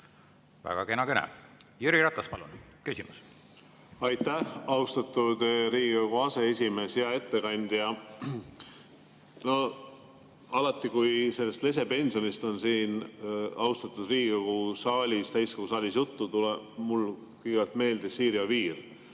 Väga kena kõne. Jüri Ratas, palun, küsimus! Aitäh, austatud Riigikogu aseesimees! Hea ettekandja! Alati, kui sellest lesepensionist on siin austatud Riigikogu saalis, täiskogu saalis juttu, tuleb mulle kõigepealt meelde Siiri Oviir